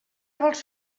vols